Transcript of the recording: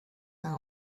now